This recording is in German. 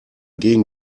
gegen